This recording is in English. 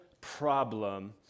problem